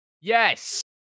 Yes